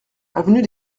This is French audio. avenue